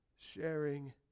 sharing